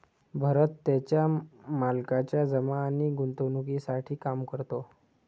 भरत त्याच्या मालकाच्या जमा आणि गुंतवणूकीसाठी काम करतो